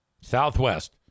Southwest